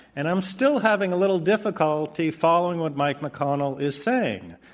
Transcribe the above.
and i'm still having a little difficulty following what mike mcconnell is saying.